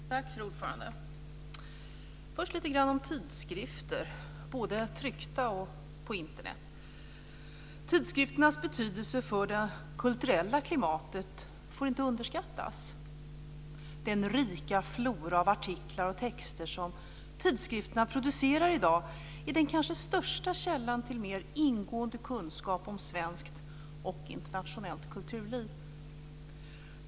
Fru talman! Först vill jag säga lite grann om tidskrifter - både tryckta och på Internet. Tidskrifternas betydelse för det kulturella klimatet får inte underskattas. Den rika flora av artiklar och texter som tidskrifterna producerar i dag är den kanske största källan till mer ingående kunskap om svenskt och internationellt kulturliv.